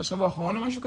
בשבוע האחרון או משהו כזה.